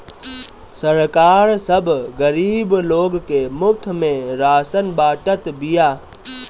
सरकार सब गरीब लोग के मुफ्त में राशन बांटत बिया